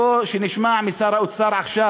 בוא נשמע משר האוצר עכשיו,